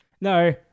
no